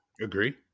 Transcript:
Agree